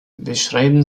beschreiben